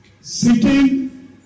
sitting